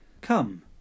come